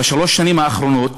בשלוש השנים האחרונות,